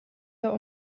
der